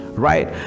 right